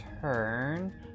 turn